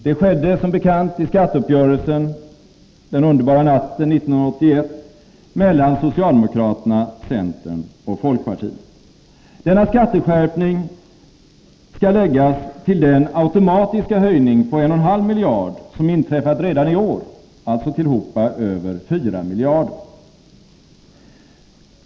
Det skedde som bekant i skatteuppgörelsen den underbara natten 1981 mellan socialdemokraterna, centern och folkpartiet. Denna skatteskärpning skall läggas till den automatiska höjning på 1,5 miljarder som inträffat redan i år, alltså tillhopa över 4 miljarder.